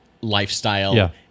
lifestyle